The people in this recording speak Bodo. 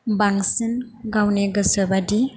बांसिन गावनि गोसोबादि